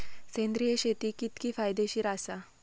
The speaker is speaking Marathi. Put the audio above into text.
सेंद्रिय शेती कितकी फायदेशीर आसा?